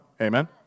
Amen